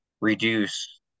reduce